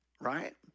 right